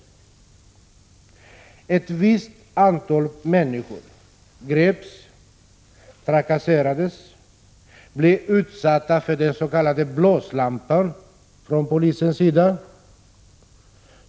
Ett visst antal människor greps, trakasserades och blev utsatta för den s.k. blåslampan från polisens sida.